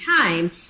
time